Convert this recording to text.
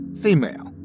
Female